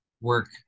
work